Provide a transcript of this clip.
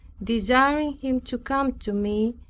desiring him to come to me,